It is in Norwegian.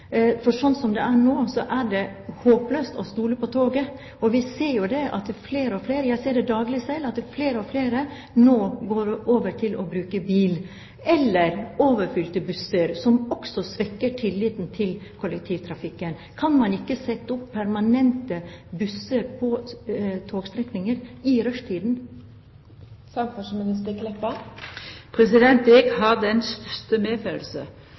det er nå, er det håpløst å stole på toget, og vi ser at flere og flere – jeg ser det daglig selv – nå går over til å bruke bil eller overfylte busser, som også svekker tilliten til kollektivtrafikken. Kan man ikke sette opp permanente busser på togstrekninger i rushtiden? Eg har den største